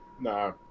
No